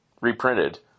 reprinted